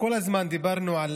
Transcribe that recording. כל הזמן דיברנו על